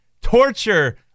torture